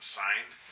signed